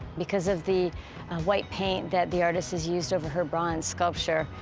because of the white paint that the artist has used over her bronze sculpture,